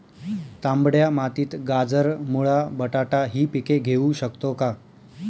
तांबड्या मातीत गाजर, मुळा, बटाटा हि पिके घेऊ शकतो का?